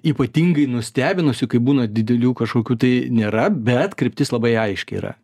ypatingai nustebinusių kaip būna didelių kažkokių tai nėra bet kryptis labai aiški yra